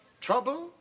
Trouble